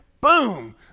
boom